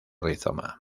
rizoma